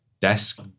desk